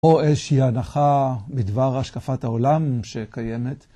פה איזושהי הנחה מדבר השקפת העולם שקיימת,